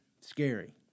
scary